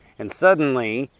and suddenly,